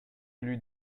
élu